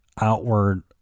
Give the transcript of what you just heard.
outward